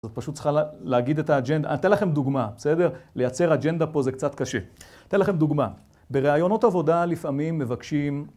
זאת פשוט צריכה להגיד את האג'נדה. אני אתן לכם דוגמה, בסדר? לייצר אג'נדה פה זה קצת קשה. אתן לכם דוגמה. בראיונות עבודה לפעמים מבקשים...